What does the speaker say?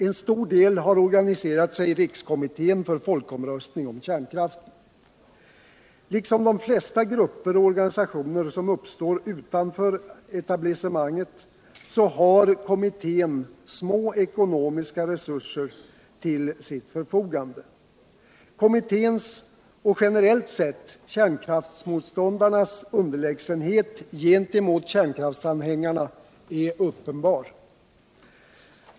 En stor del har organiserat sig i Rikskommittén för folkomröstning om kärnkraften. Liksom de flesta grupper och organisationer som uppstår utanför etablissemanget har kommittén små ekonomiska resurser till sitt förfogande. Kommituéns, och generellt sett kärnkraftsmotståndarnas, underkläigsenhet gentemot kärnkraftsanhängarna är uppenbar.